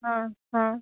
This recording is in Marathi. हां हां